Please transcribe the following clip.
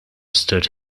stood